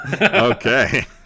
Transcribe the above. Okay